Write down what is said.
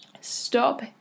Stop